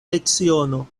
leciono